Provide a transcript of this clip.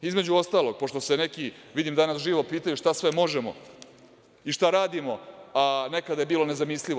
Između ostalog, pošto se neki, vidim danas, živo pitaju šta sve možemo i šta radimo, nekada je bilo nezamislivo.